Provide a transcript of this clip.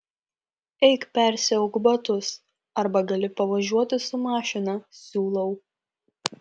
eik persiauk batus arba gali pavažiuoti su mašina siūlau